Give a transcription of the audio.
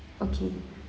okay